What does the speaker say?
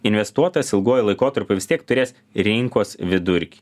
investuotas ilguoju laikotarpiu vis tiek turės rinkos vidurkį